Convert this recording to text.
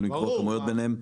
יכולים למכור כמויות ביניהם?